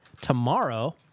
tomorrow